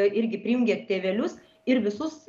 irgi prijungė tėvelius ir visus